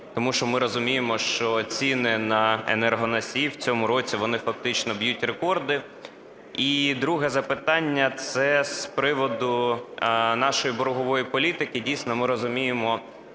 тому що ми розуміємо, що ціни на енергоносії в цьому році, фони фактично б'ють рекорди? І друге запитання – це з приводу нашої боргової політики. Дійсно, ми розуміємо,